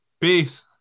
Peace